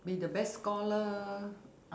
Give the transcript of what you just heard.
be the best scholar uh